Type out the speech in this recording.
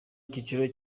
icyiciro